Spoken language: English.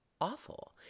awful